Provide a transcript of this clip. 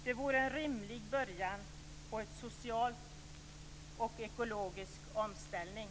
Det vore en rimlig början på en social och ekologisk omställning.